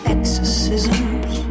Exorcisms